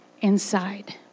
inside